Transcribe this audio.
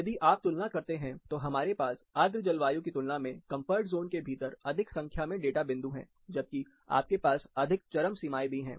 यदि आप तुलना करते हैं तो हमारे पास आर्द्र जलवायु की तुलना में कंफर्ट जोन के भीतर अधिक संख्या में डेटा बिंदु हैं जबकि आपके पास अधिक चरम सीमाएं भी हैं